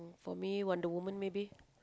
for me Wonder-Woman maybe